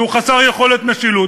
שהוא חסר יכולת משילות?